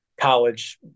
college